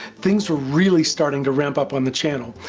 things were really starting to ramp up on the channel,